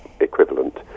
equivalent